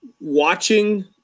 Watching